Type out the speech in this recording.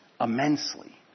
immensely